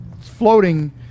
floating